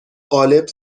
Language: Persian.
قالب